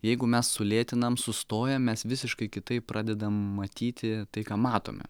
jeigu mes sulėtinam sustojam mes visiškai kitaip pradedam matyti tai ką matome